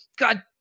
God